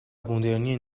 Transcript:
مدرنی